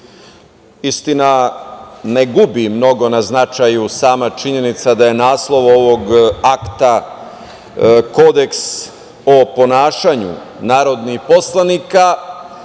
jeste. Istina, ne gubi mnogo na značaju sama činjenica da je naslov ovog akta Kodeks o ponašanju narodnih poslanika,